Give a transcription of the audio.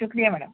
شُکریہ میڈم